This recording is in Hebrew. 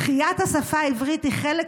תחיית השפה העברית היא חלק